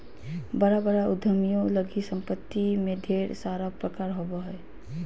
बड़ा बड़ा उद्यमियों लगी सम्पत्ति में ढेर सारा प्रकार होबो हइ